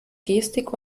gestik